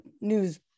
news